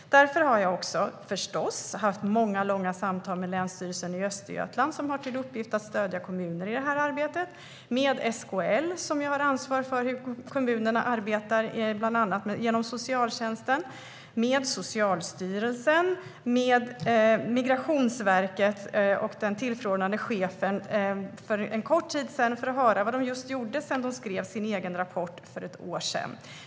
Därför har jag, förstås, haft många och långa samtal med Länsstyrelsen i Östergötland, som har till uppgift att stödja kommuner i det här arbetet, med SKL, som ju har ansvar för hur kommunerna arbetar med detta genom bland annat socialtjänsten, med Socialstyrelsen och med Migrationsverket och den tillförordnade chefen för en kort tid sedan för att höra vad de gjort sedan de skrev sin egen rapport för ett år sedan.